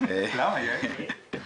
אלא המדינה צריכה ליזום מנחתים.